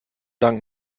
dank